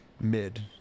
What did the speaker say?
mid